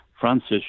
Francis